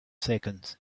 seconds